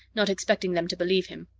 not expecting them to believe him.